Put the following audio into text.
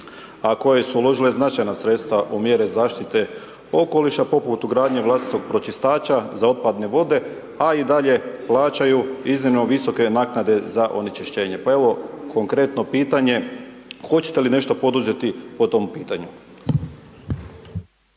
a koje su uložile značajna sredstva u mjere zaštite okoliša, poput ugradnje vlastitog pročistača za otpadne vode, a i dalje plaćaju iznimno visoke naknade za onečišćenje. Pa evo, konkretno pitanje, hoćete li nešto poduzeti po tom pitanju.